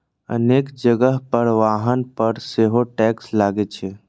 अनेक जगह पर वाहन पर सेहो टैक्स लागै छै